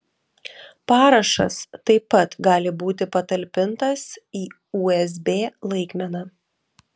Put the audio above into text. parašas taip pat gali būti patalpintas į usb laikmeną